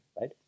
right